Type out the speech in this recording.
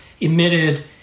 emitted